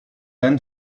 then